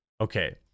Okay